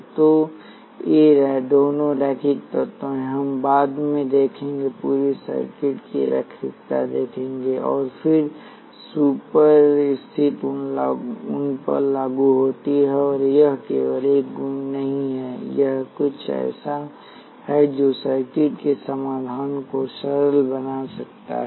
तो ये दोनों रैखिक तत्व हैं हम बाद में देखेंगे पूरे सर्किट की रैखिकता देखेंगे और कैसे सुपर स्थिति उन पर लागू होती है और यह केवल एक गुण नहीं है यह कुछ ऐसा है जो सर्किट के समाधान को सरल बना सकता है